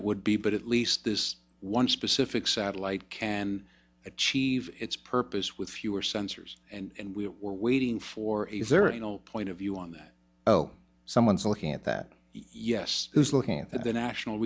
it would be but at least this one specific satellite can achieve its purpose with fewer sensors and we were waiting for a very you know point of view on that oh someone's looking at that yes looking at the national